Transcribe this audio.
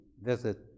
visit